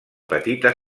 petita